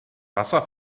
wasser